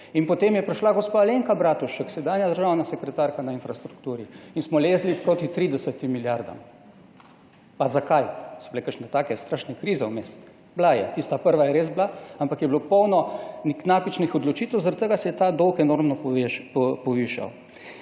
potem je prišla gospa Alenka Bratušek, sedanja državna sekretarka na infrastrukturi in smo lezli proti 30 milijardam. Pa zaka? So bile kakšne take strašne krize vmes? Bila je tista prva, je res bila, ampak je bilo polno napačnih odločitev, zaradi tega se je ta dolg enormno povišal.